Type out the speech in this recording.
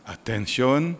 Attention